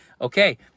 okay